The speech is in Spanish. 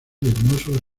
hermoso